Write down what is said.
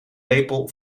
lepel